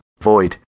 void